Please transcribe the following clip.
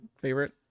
favorite